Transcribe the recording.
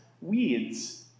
weeds